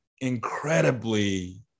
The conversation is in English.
incredibly